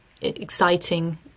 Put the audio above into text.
exciting